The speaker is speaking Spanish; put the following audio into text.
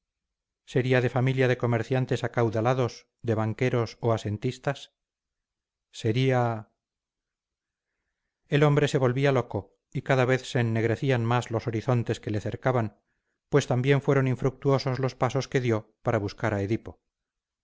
sería de familia de comerciantes acaudalados de banqueros o asentistas sería el hombre se volvía loco y cada vez se ennegrecían más los horizontes que le cercaban pues también fueron infructuosos los pasos que dio para buscar a edipo